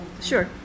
Sure